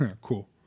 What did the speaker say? cool